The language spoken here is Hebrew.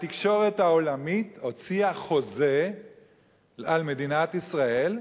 התקשורת העולמית הוציאה חוזה על מדינת ישראל,